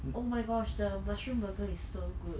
oh my gosh the mushroom burger is so good